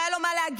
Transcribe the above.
שהיה לו מה להגיד,